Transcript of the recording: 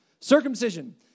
Circumcision